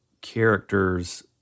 characters